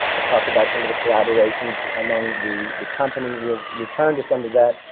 we've talked about some of the collaborations among the the company. we'll return to some of that,